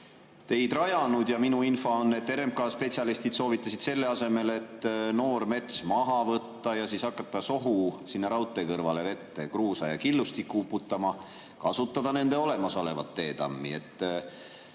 teid rajanud, ja minu info on, et RMK spetsialistid soovitasid selle asemel, et noor mets maha võtta ja hakata sohu sinna raudtee kõrvale vette kruusa ja killustikku uputama, kasutada nende olemasolevat teetammi.